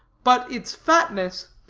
but its fatness.